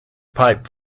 pipe